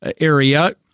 area